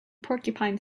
porcupine